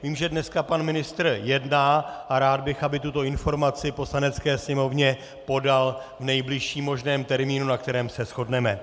Vím, že dnes pan ministr jedná, a rád bych, aby tuto informaci Poslanecké sněmovně podal v nejbližším možném termínu, na kterém se shodneme.